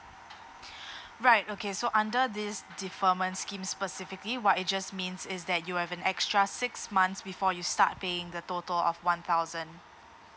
right okay so under this deferment scheme specifically what it just means is that you have an extra six months before you start paying the total of one thousand